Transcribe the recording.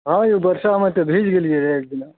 हॅं यौ वर्षामे तऽ भिज गेलियै रहियै एक दिन